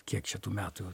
kiek šitų metų